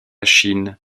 chine